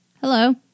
hello